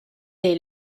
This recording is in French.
est